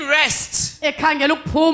rest